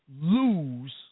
lose